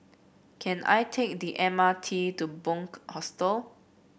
can I take the M R T to Bunc Hostel